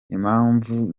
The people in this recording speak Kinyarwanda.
impamvu